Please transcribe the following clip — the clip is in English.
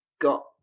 got